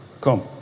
come